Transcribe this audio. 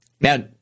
Now